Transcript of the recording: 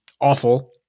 awful